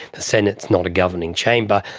the senate is not a governing chamber,